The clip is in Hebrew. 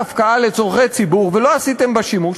הפקעה לצורכי ציבור ולא עשיתם בה שימוש,